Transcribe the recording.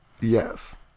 Yes